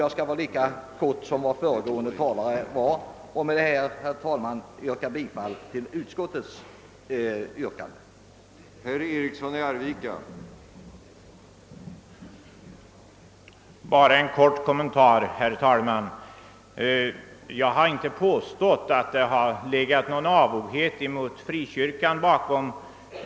Jag skall vara lika kortfattad som föregående talare och ber med dessa ord, herr talman, att få yrka bifall till utskottets hemställan.